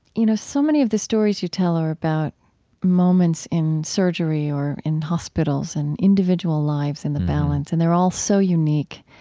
you know, so many of the stories you tell are about moments in surgery or in hospitals and individual lives in the balance, and they're all so unique.